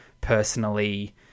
personally